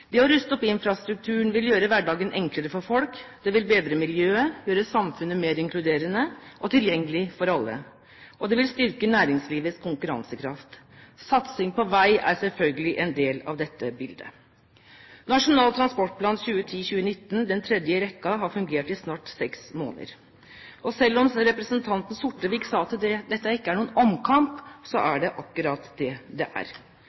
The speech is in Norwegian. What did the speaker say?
Det å ruste opp infrastrukturen vil gjøre hverdagen enklere for folk, det vil bedre miljøet, gjøre samfunnet mer inkluderende og tilgjengelig for alle, og det vil styrke næringslivets konkurransekraft. Satsing på vei er selvfølgelig en del av dette bildet. Nasjonal transportplan 2010–2019 – den tredje i rekken – har «fungert» i snart seks måneder. Og selv om representanten Sortevik sa at dette ikke er noen omkamp, er det akkurat det det er.